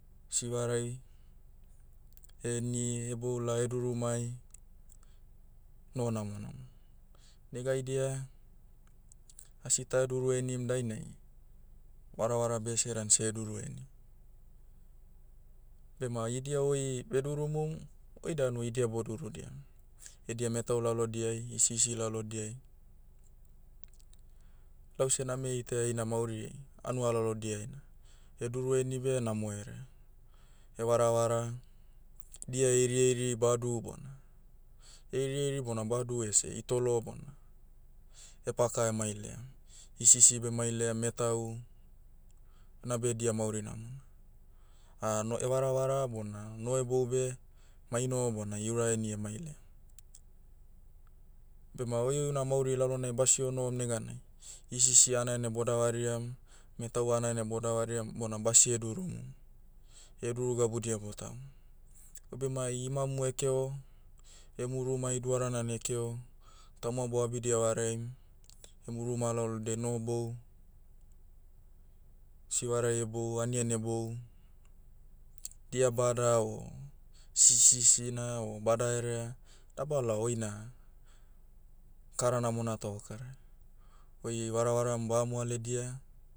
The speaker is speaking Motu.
Sivarai, heni hebou lao heduru mai, noho namonamo. Negaidia, asi taheduru henim dainai, varavara bese dan seheduru henim. Bema idia oi bedurumum, oi danu idia bodurudiam. Edia metau lalodaiai, hisisi lalodiai. Lause name itaia ina mauri, hanua lalodiai na, heduru heni beh namo herea. Hevaravara, dia heirieiri badu bona, heirieiri bona badu ese hitolo bona, hepaka emailaiam. Hisisi bemailaiam metau, anabe dia mauri namona. no- hevaravara bona, noho hebou beh, maino bona iuraheni emailaia. Bema oi una mauri lalonai basio nohom neganai, hisisi hanaianai bodavariam, metau hanaianai bodavariam, bona basie durumum. Heduru gabudia botahum. Oibema imamu hekeo, emu ruma iduarana na hekeo, tauma boabidia vareaim, emu ruma lalode nohobou, sivarai hebou anian hebou, dia bada o, sisina o badaherea, dabalao oina, kara namona ta okara. Oi varavaram baha moaledia,